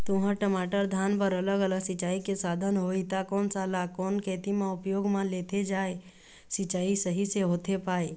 तुंहर, टमाटर, धान बर अलग अलग सिचाई के साधन होही ता कोन सा ला कोन खेती मा उपयोग मा लेहे जाथे, सिचाई सही से होथे पाए?